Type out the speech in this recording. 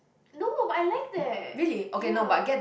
no but I liked that ya